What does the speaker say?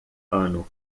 ano